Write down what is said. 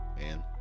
Man